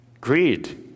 Greed